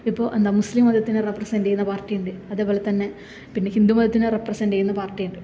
ഇപ്പോൾ എന്താ മുസ്ലിം മതത്തിനെ റെപ്രസന്റ് ചെയ്തുന്ന പാർട്ടിയുണ്ട് അതേപോലെത്തന്നെ ഹിന്ദു മതത്തിനെ റെപ്രസന്റ് ചെയ്യുന്ന പാർട്ടിയുണ്ട്